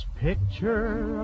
picture